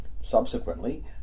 Subsequently